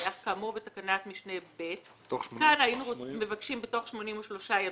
המדווח כאמור בתקנת משנה (ב) כאן היינו מבקשים בתוך 83 ימים,